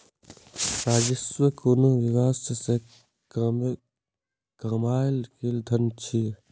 राजस्व कोनो व्यवसाय सं कमायल गेल धन छियै